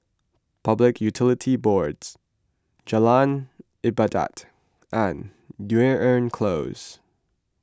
Public Utilities Boards Jalan Ibadat and Dunearn Close